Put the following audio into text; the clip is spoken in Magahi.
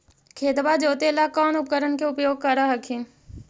खेतबा जोते ला कौन उपकरण के उपयोग कर हखिन?